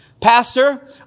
Pastor